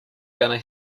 going